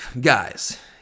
guys